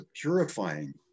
purifying